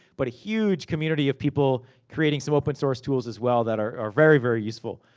but a huge community of people creating some open-source tools, as well, that are very, very useful.